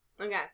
Okay